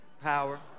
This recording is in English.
power